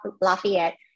Lafayette